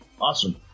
Awesome